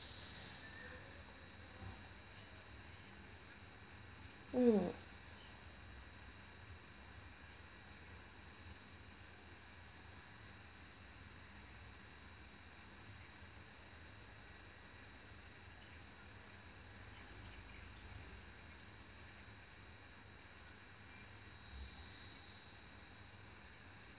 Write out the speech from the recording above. mm